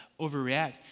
overreact